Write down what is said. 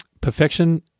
Perfection